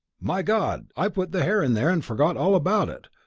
my god! i put the hare in there and forgot all about it.